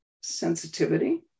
sensitivity